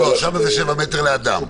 שם זה 7 מטרים לאדם.